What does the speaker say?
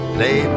Play